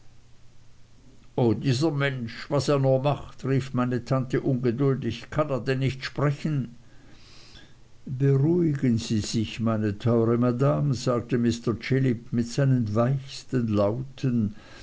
o dieser mensch was er nur macht rief meine tante ungeduldig kann er denn nicht sprechen beruhigen sie sich meine teuere madame sagte mr chillip mit seinen weichsten lauten